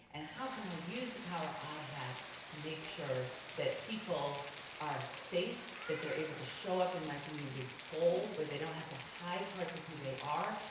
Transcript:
and how can i use the power i have to make sure that people are safe, that they're able to show up in my community hall, where they don't have to hide parts of who they are,